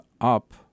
up